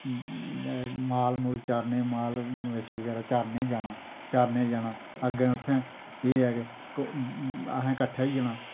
माल मूल चारणे माल बच्छे बगैरा चारणे जाना चारणे जाना अग्गैं उत्थै एह् ऐ क असैं कट्ठे होई जाना